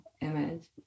image